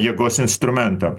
jėgos instrumentam